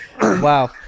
Wow